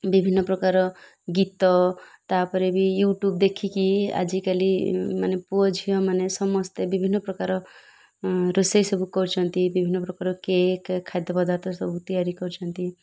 ବିଭିନ୍ନ ପ୍ରକାର ଗୀତ ତା'ପରେ ବି ୟୁ ଟ୍ୟୁବ୍ ଦେଖିକି ଆଜିକାଲି ମାନେ ପୁଅ ଝିଅମାନେ ସମସ୍ତେ ବିଭିନ୍ନ ପ୍ରକାର ରୋଷେଇ ସବୁ କରୁଛନ୍ତି ବିଭିନ୍ନ ପ୍ରକାର କେକ୍ ଖାଦ୍ୟ ପଦାର୍ଥ ସବୁ ତିଆରି କରୁଛନ୍ତି